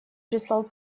прислал